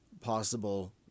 possible